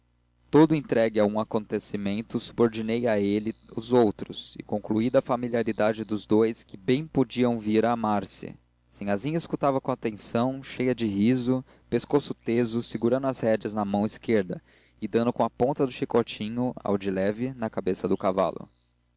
todo entregue a um acontecimento subordinei a ele os outros e concluí da familiaridade dos dous que bem podiam vir a amar-se sinhazinha escutava com atenção cheia de riso pescoço teso segurando as rédeas na mão esquerda e dando com a ponta do chicotinho ao de leve na cabeça do cavalo